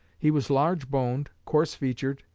he was large-boned, coarse-featured,